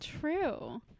True